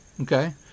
Okay